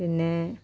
പിന്നേ